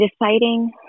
deciding